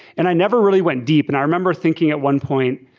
and i never really went deep. and i remember thinking at one point,